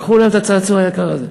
לקחו להם את הצעצוע היקר הזה.